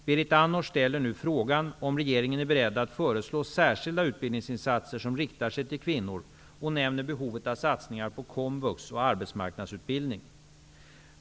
Berit Andnor ställer nu frågan om regeringen är beredd att föreslå särskilda utbildningsinsatser som riktar sig till kvinnor, och hon nämner behovet av satsningar på komvux och arbetsmarknadsutbildning.